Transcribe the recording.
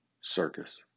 circus